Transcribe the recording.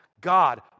God